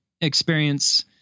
experience